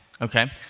okay